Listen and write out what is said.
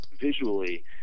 visually